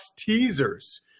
teasers